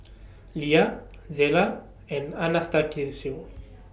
Lia Zela and